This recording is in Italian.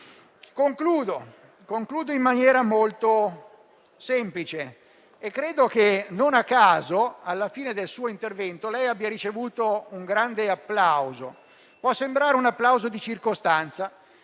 Concludo in maniera molto semplice. Credo che, non a caso, alla fine del suo intervento abbia ricevuto un grande applauso. Può sembrare un applauso di circostanza;